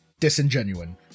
Disingenuine